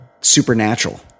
supernatural